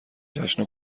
جشن